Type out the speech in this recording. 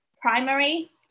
primary